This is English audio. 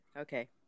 Okay